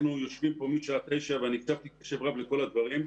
אנחנו יושבים כאן משעה 9:00 ואני הקשבתי קשב רב לכל הדברים,